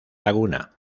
laguna